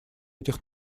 этих